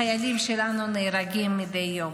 החיילים שלנו נהרגים מדי יום.